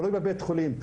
בבית החולים,